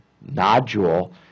nodule